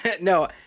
No